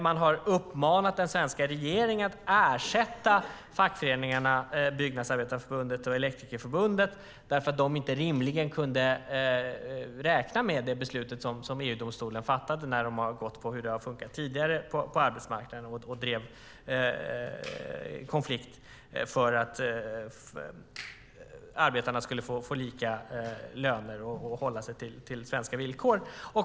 Man har uppmanat den svenska regeringen att ersätta fackföreningarna Byggnadsarbetareförbundet och Elektrikerförbundet för att de inte rimligen kunde räkna med det beslut som EU-domstolen fattade när de har gått på hur det har funkat tidigare på arbetsmarknaden och drev konflikt för att arbetarna skulle få lika löner och svenska villkor.